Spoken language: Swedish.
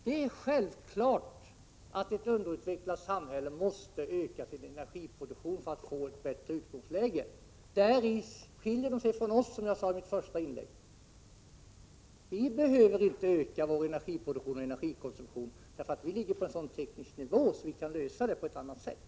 Det är självklart att ett underutvecklat samhälle måste öka sin energiproduktion för att få ett bättre utgångsläge — däri skiljer de sig från oss, som jag sade i mitt första inlägg: Vi behöver inte öka vår energiproduktion och energikonsumtion; vi befinner oss på en sådan teknisk nivå att vi kan åstadkomma en standardökning på andra sätt.